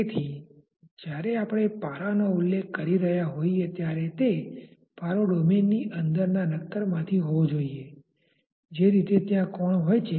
તેથી જ્યારે આપણે પારાનો ઉલ્લેખ કરી રહ્યા હોઈએ ત્યારે તે પારો ડોમેનની અંદરના નક્કરમાંથી હોવો જોઈએ જે રીતે ત્યાં કોણ હોય છે